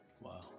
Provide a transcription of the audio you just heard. Wow